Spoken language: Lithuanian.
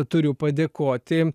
turiu padėkoti